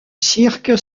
cirque